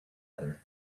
other